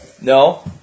No